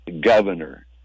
governor